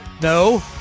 no